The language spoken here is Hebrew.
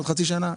בעוד חצי שנה,